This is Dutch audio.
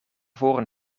voren